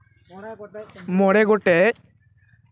ᱢᱚᱬᱮ ᱜᱚᱴᱮᱱ